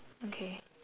okay